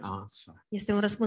answer